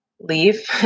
leave